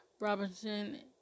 Robinson